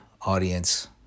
audience